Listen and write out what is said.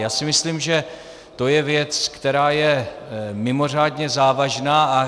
Já si myslím, že to je věc, která je mimořádně závažná.